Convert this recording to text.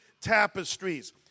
tapestries